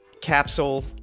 Capsule